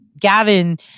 Gavin